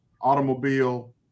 automobile